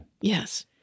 Yes